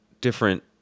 different